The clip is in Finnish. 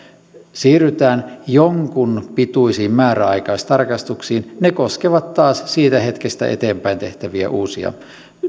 siirrytään jonkun pituisiin määräaikaistarkastuksiin ne koskevat taas siitä hetkestä eteenpäin tehtäviä uusia